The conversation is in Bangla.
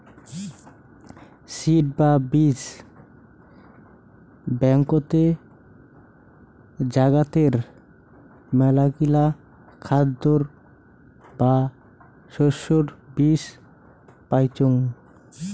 সিড বা বীজ ব্যাংকতে জাগাতের মেলাগিলা খাদ্যের বা শস্যের বীজ পাইচুঙ